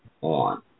on